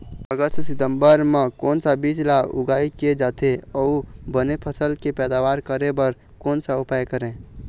अगस्त सितंबर म कोन सा बीज ला उगाई किया जाथे, अऊ बने फसल के पैदावर करें बर कोन सा उपाय करें?